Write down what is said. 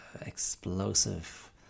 explosive